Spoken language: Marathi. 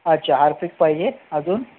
अच्छा हार्पिक पाहिजे अजून